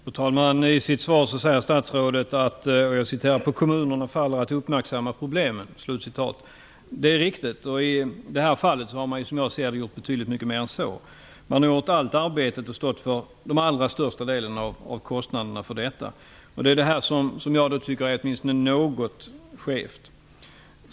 Fru talman! I sitt svar säger statsrådet: ''På kommunerna faller att uppmärksamma problemen -.'' Det är riktigt. I det här fallet har man, som jag ser det, gjort betydligt mycket mer. Man har gjort allt arbete och stått för den allra största delen av kostnaderna för arbetet. Det tycker jag är något skevt.